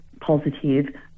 positive